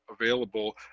available